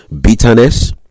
bitterness